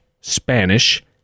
Spanish